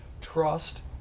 Trust